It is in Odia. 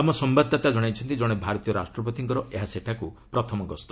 ଆମ ସମ୍ଭାଦଦାତା ଜଣାଇଛନ୍ତି ଜଣେ ଭାରତୀୟ ରାଷ୍ଟ୍ରପତିଙ୍କର ଏହା ସେଠାକୁ ପ୍ରଥମ ଗସ୍ତ